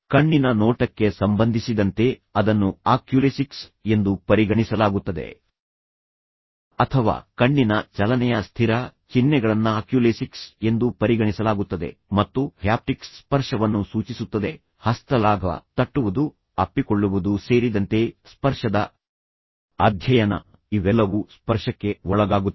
ಕಣ್ಣಿನ ನೋಟಕ್ಕೆ ಸಂಬಂಧಿಸಿದಂತೆ ಅದನ್ನು ಆಕ್ಯುಲೇಸಿಕ್ಸ್ ಎಂದು ಪರಿಗಣಿಸಲಾಗುತ್ತದೆ ಅಥವಾ ಕಣ್ಣಿನ ಚಲನೆಯ ಸ್ಥಿರ ಚಿಹ್ನೆಗಳನ್ನಆಕ್ಯುಲೇಸಿಕ್ಸ್ ಎಂದು ಪರಿಗಣಿಸಲಾಗುತ್ತದೆ ಮತ್ತು ಹ್ಯಾಪ್ಟಿಕ್ಸ್ ಸ್ಪರ್ಶವನ್ನು ಸೂಚಿಸುತ್ತದೆ ಹಸ್ತಲಾಘವ ತಟ್ಟುವುದು ಅಪ್ಪಿಕೊಳ್ಳುವುದು ಸೇರಿದಂತೆ ಸ್ಪರ್ಶದ ಅಧ್ಯಯನ ಇವೆಲ್ಲವೂ ಸ್ಪರ್ಶಕ್ಕೆ ಒಳಗಾಗುತ್ತವೆ